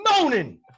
moaning